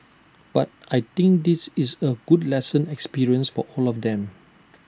but I think this is A good lesson experience for all of them